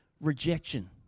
rejection